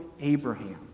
Abraham